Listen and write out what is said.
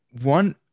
One